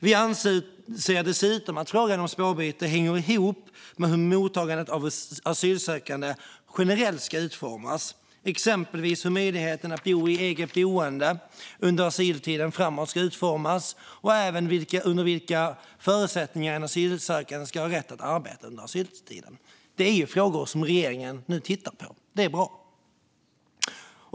Vi anser dessutom att frågan om spårbyte hänger ihop med hur mottagandet av asylsökande generellt ska utformas, exempelvis hur möjligheten att bo i eget boende under asyltiden ska utformas och under vilka förutsättningar en asylsökande ska ha rätt att arbeta under asyltiden. Dessa frågor tittar regeringen nu på, och det är bra.